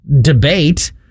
debate